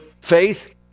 faith